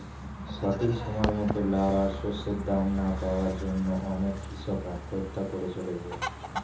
ঠিক সময় মতন লাভ আর শস্যের দাম না পাওয়ার জন্যে অনেক কূষক আত্মহত্যা করে চলেছে